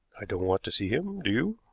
i don't want to see him. do you?